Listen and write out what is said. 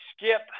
skip